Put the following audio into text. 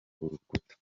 urukuta